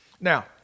Now